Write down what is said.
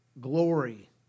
glory